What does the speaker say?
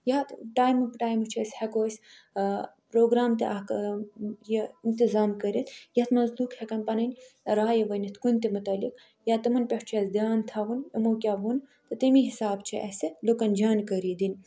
یا تہٕ ٹایمہٕ ٹایمہٕ چھِ أسۍ ہٮ۪کو أسۍ پرٛوگرام تہِ اکھ یہِ اِنتظام کٔرِتھ یَتھ منٛز لُکھ ہٮ۪کن پنٕنۍ رایہِ ؤنِتھ کُنہِ تہِ متعلق یا تِمن پٮ۪ٹھ چھُ اَسہِ دھیاں تھاوُن یِمو کیٛاہ ووٚن تہٕ تَمی حِساب چھِ اَسہِ لُکن جانکٲری دِنۍ